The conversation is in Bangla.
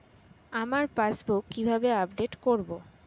আমার পাসবুক কিভাবে আপডেট করবো?